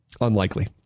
Unlikely